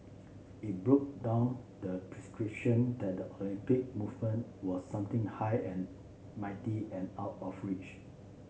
it broke down the that the Olympic movement were something high and mighty and out of reach